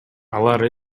алар